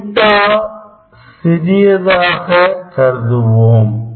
⊝ சிறியதாக கருதுவோம்